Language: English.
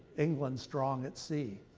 england strong at sea.